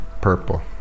Purple